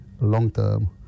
long-term